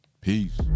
Peace